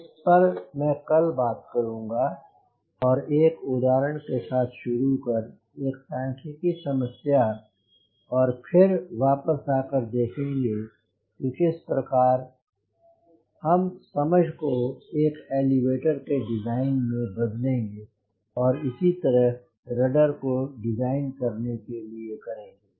इस पर मैं कल बात करूँगा एक उदाहरण के साथ शुरू कर एक सांख्यिक समस्या और फिर वापस आकर देखेंगे कि किस प्रकार हम समझ को एक एलीवेटर के डिज़ाइन में बदलेंगे और इसी तरह रडर को डिज़ाइन करने के लिए करेंगे